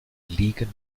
liegen